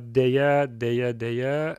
deja deja deja